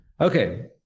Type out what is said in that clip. Okay